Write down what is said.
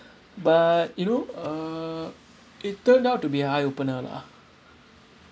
but you know uh it turned out to be a eye opener lah